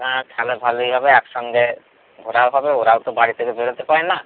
হ্যাঁ তাহলে ভালোই হবে একসঙ্গে ঘোরাও হবে ওরাও তো বাড়ি থেকে বেরোতে পারে না